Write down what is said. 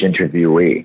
interviewee